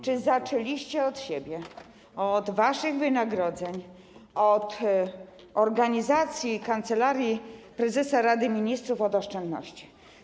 Czy zaczęliście od siebie, od waszych wynagrodzeń, od organizacji Kancelarii Prezesa Rady Ministrów, od oszczędności?